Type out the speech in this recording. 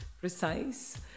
precise